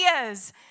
ideas